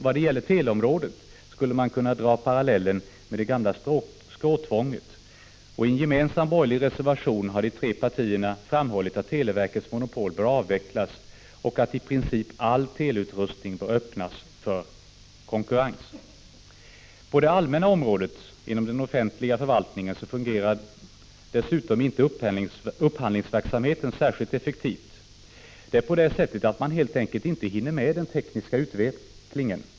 Vad gäller teleområdet skulle man kunna dra paralleller med det gamla skråtvånget. I en gemensam borgerlig reservation har de tre partierna framhållit att televerkets monopol bör avvecklas och att i princip alla möjligheter bör öppnas för konkurrens med teleutrustning. På det allmänna området inom den offentliga förvaltningen fungerar dessutom inte upphandlingsverksamheten särskilt effektivt. Man hinner helt enkelt inte med den tekniska utvecklingen.